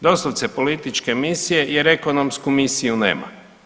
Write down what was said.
Doslovce političke misije jer ekonomsku misiju nema.